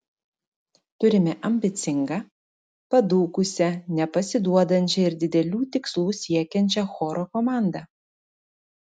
turime ambicingą padūkusią nepasiduodančią ir didelių tikslų siekiančią choro komandą